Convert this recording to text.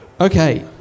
Okay